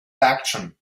action